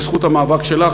בזכות המאבק שלך,